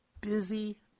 busy